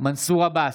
מנסור עבאס,